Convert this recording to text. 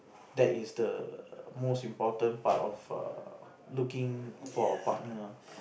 that is the most important part of err looking for a partner